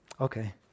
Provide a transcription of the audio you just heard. Okay